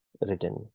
written